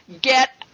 get